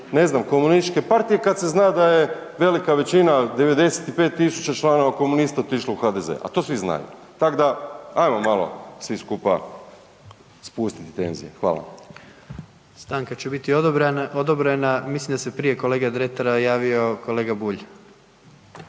ne znam komunističke partije kad se zna da je velika većina 95000 članova komunista otišlo u HDZ, a to svi znaju, tak da ajmo malo svi skupa spustit tenzije. Hvala. **Jandroković, Gordan (HDZ)** Stanka će biti odobrena, mislim da se prije kolege Dretara javio kolega Bulj.